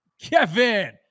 kevin